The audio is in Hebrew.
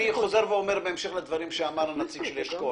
אני חוזר ואומר בהמשך לדברים שאמר הנציג של אשכול,